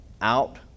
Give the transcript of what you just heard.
out